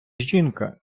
жінка